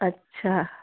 अच्छा